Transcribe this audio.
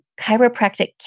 chiropractic